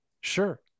sure